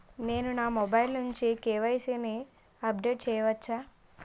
నేను నా మొబైల్ నుండి కే.వై.సీ ని అప్డేట్ చేయవచ్చా?